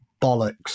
bollocks